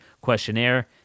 questionnaire